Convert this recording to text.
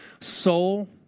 soul